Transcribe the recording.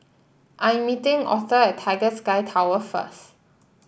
I am meeting Authur at Tiger Sky Tower first